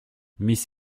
miss